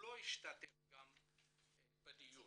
שלא השתתף בדיון.